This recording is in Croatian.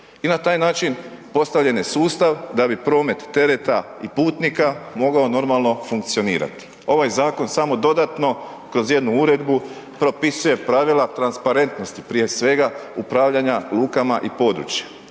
I na taj način postavljen je sustav da bi promet tereta i putnika mogao normalno funkcionirati. Ovaj zakon samo dodatno, kroz jednu uredbu propisuje pravila transparentnosti, prije svega, upravljanja lukama i područje,